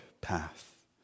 path